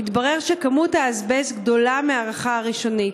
התברר שכמות האזבסט גדולה מההערכה הראשונית.